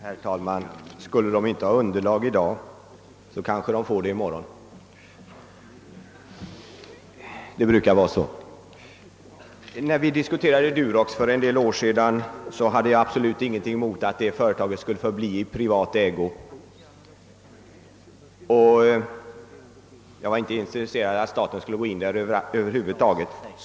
Herr talman! Skulle det inte finnas underlag för mina tankegångar i dag kanske det finns i morgon. När vi för en del år sedan diskuterade Durox hade jag ingenting emot att företaget skulle förbli i privat ägo; jag var inte intresserad av att staten skulle träda in.